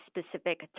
specific